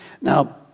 Now